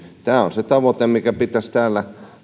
se tavoite jonka pitäisi täällä